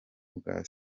bwa